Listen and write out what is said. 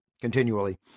continually